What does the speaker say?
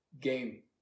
game